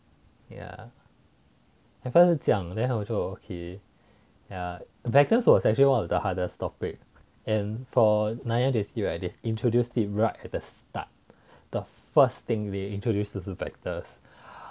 ya at first 是讲 then 我就 okay ya vectors was actually one of the hardest topic and for nanyang J_C right they introduce it right at the start the first thing they introduce 就是 factors